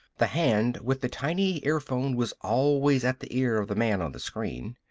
the hand with the tiny earphone was always at the ear of the man on the screen,